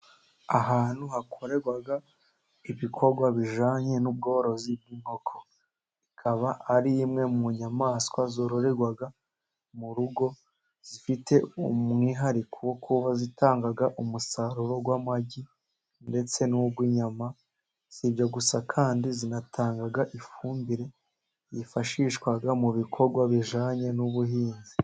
Ahantu hakorerwa ibikorwa bijyananye n'ubworozi bw'inkoko. Ikaba ari imwe mu nyamaswa zororerwa mu rugo zifite umwihariko kuko zitanga umusaruro w'amagi ndetse n'uw'inyama, sibyo gusa kandi zinatanga ifumbire yifashishwa mu bikorwa bijyanye n'ubuhinzi.